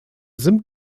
sim